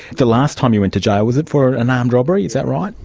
the last time you went to jail, was it for an armed robbery, is that right?